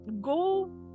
go